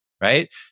right